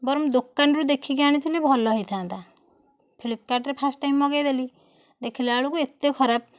ବରଂ ଦୋକାନରୁ ଦେଖିକି ଆଣିଥିଲେ ଭଲ ହୋଇଥାଆନ୍ତା ଫ୍ଲିପକାର୍ଟରେ ଫାଷ୍ଟ ଟାଇମ୍ ମଗେଇଦେଲି ଦେଖିଲା ବେଳକୁ ଏତେ ଖରାପ